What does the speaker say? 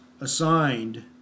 Assigned